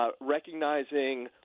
Recognizing